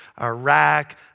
Iraq